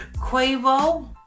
Quavo